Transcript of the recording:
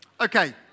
Okay